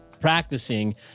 practicing